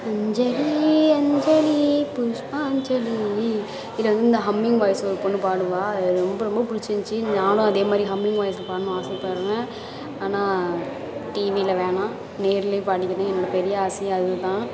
இதை வந்து இந்த ஹம்மிங் வாய்ஸில் ஒரு பொண்ணு பாடுவாள் அது ரொம்ப ரொம்ப பிடிச்சிருந்திச்சி நானும் அதேமாதிரி ஹம்மிங் வாய்ஸில் பாடணும் ஆசைப்பட்றேன் ஆனால் டிவியில் வேணாம் நேரில் பாடிக்கணும் என்னோடய பெரிய ஆசையே அதுதான்